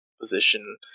position